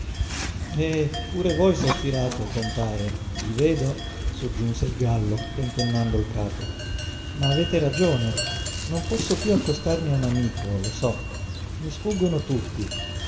e pure voi sospirate compare vi vedo soggiunse il gallo tentennando il capo ma avete ragione non posso piú accostarmi a un amico lo so i sfuggono tutti